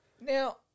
Now